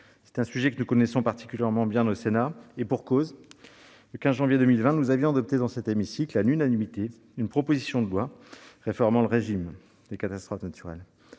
C'est un sujet que nous connaissons particulièrement bien au Sénat, et pour cause : le 15 janvier 2020, nous avons adopté à l'unanimité une proposition de loi visant à réformer le régime des catastrophes naturelles.